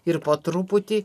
ir po truputį